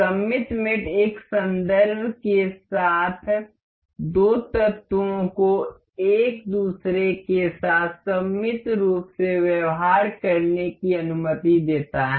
सममित मेट एक संदर्भ के साथ दो तत्वों को एक दूसरे के साथ सममित रूप से व्यवहार करने की अनुमति देता है